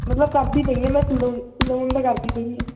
ਮਤਲਬ ਕਰਦੀ ਪਈ ਹਾਂ ਬਸ ਲੋਨ ਲੋਨ ਦਾ ਕਰਦੀ ਪਈ ਹਾਂ